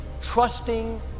trusting